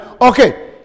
Okay